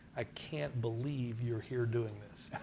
i can't believe you're here doing this.